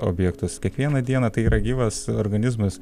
objektus kiekvieną dieną tai yra gyvas organizmas